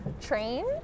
train